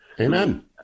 Amen